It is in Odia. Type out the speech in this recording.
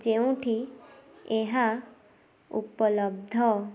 ଯେଉଁଠି ଏହା ଉପଲବ୍ଧ